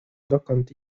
dokąd